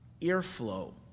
airflow